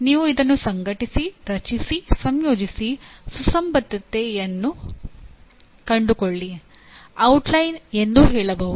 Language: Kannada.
ನೀವು ಇದನ್ನು ಸಂಘಟಿಸಿ ರಚಿಸಿ ಸಂಯೋಜಿಸಿ ಸುಸಂಬದ್ಧತೆಯನ್ನು ಕಂಡುಕೊಳ್ಳಿ ಔಟ್ಲೈನ್ ಎಂದೂ ಹೇಳಬಹುದು